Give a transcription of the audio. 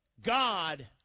God